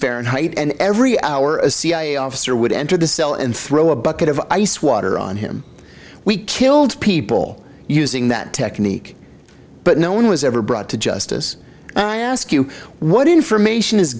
fahrenheit and every hour a cia officer would enter the cell and throw a bucket of ice water on him we killed people using that technique but no one was ever brought to justice i ask you what information is